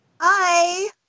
Hi